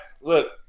Look